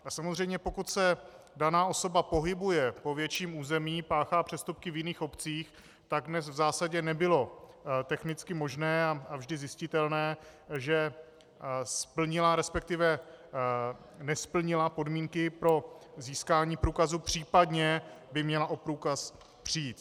A samozřejmě pokud se daná osoba pohybuje po větším území, páchá přestupky v jiných obcích, tak dnes v zásadě nebylo technicky možné a vždy zjistitelné, že splnila, resp. nesplnila podmínky pro získání průkazu, případně by měla o průkaz přijít.